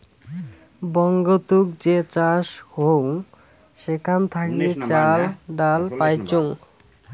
বঙ্গতুক যে চাষ হউ সেখান থাকি চাল, ডাল পাইচুঙ